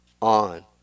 on